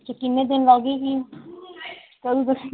किन्ने दिन लग्गगे ओह्बी दस्सो